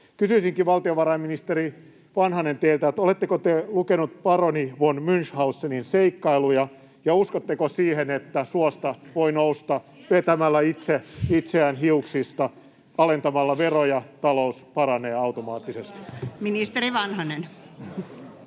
Kysyisinkin, valtiovarainministeri Vanhanen, teiltä: oletteko te lukenut Paroni von Münchhausenin seikkailuja ja uskotteko siihen, että suosta voi nousta vetämällä itse [Leena Meri: Sieltäkö te luette teidän ideanne?] itseään hiuksista eli että alentamalla veroja talous paranee automaattisesti? Ministeri Vanhanen.